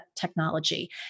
technology